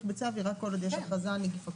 בצו היא רק כל עוד יש הכרזה על נגיף הקורונה,